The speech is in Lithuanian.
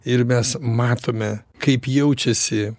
ir mes matome kaip jaučiasi